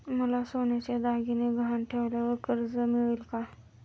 मला सोन्याचे दागिने गहाण ठेवल्यावर कर्ज मिळेल का?